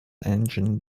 engine